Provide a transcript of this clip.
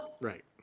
Right